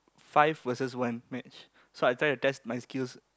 five versus one match so I trying to test my skills